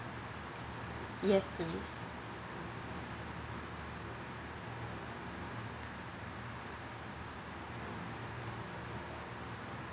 yes please